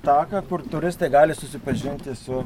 taką kur turistai gali susipažinti su